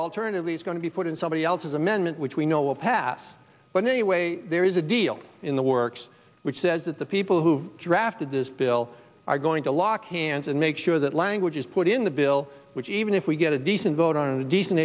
alternatively it's going to be put in somebody else's amendment which we know will pass but anyway there is a deal in the works which says that the people who drafted this bill are going to lock hands and make sure that language is put in the bill which even if we get a decent vote on a decent